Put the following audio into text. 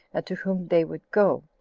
and to whom they would go.